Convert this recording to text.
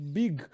big